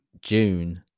June